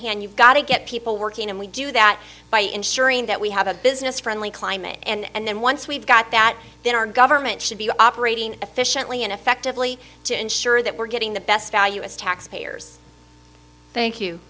hand you've got to get people working and we do that by ensuring that we have a business friendly climate and then once we've got that then our government should be operating efficiently and effectively to ensure that we're getting the best value as taxpayers thank you